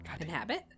Inhabit